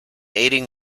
aiding